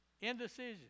Indecision